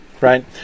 Right